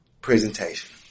presentation